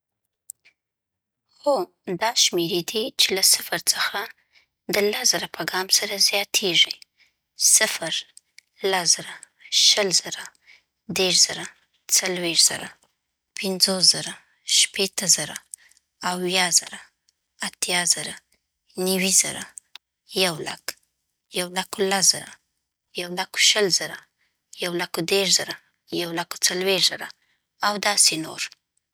هو، دا شمېرې دي چې له صفر څخه د لس زره په ګام سره زیاتېږي ۰لس زره شل زره دېرش زره څلوېښت زره پنځوس زره شپېته زره اویا زره اتیا زره نوي زره سل زره یو سل او لس زره یو سل او شل زره یو سل او دېرش زره یو سل او څلوېښت زره او داسې نور.